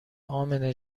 امنه